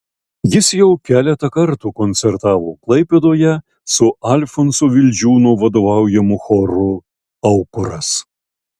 jis jau keletą kartų koncertavo klaipėdoje su alfonso vildžiūno vadovaujamu choru aukuras